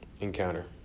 encounter